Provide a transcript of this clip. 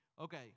Okay